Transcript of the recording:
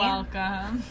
Welcome